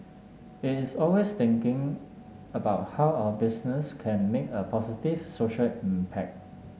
he is always thinking about how our business can make a positive social impact